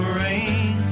rain